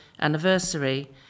anniversary